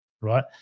right